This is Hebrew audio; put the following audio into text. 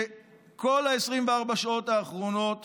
שכל 24 השעות האחרונות